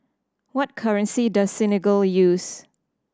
what currency does Senegal use